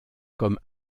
comme